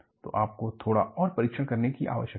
तो आपको थोड़ा और परीक्षण करने की आवश्यकता है